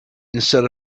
instead